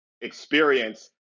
experience